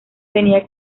tenía